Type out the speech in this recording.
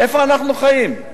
איפה אנחנו חיים?